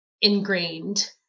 ingrained